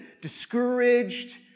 discouraged